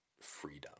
freedom